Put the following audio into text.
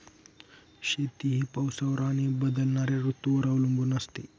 शेती ही पावसावर आणि बदलणाऱ्या ऋतूंवर अवलंबून असते